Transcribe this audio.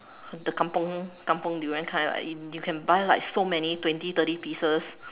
the kampung kampung durian kind like you can buy like so many twenty thirty pieces